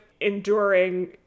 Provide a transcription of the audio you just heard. enduring